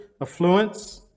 affluence